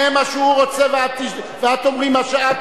אם זה כל כך